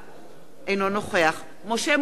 אינו נוכח משה מטלון,